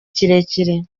kirekire